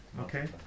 Okay